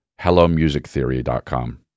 hellomusictheory.com